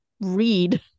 read